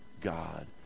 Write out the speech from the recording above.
God